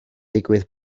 digwydd